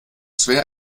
schwer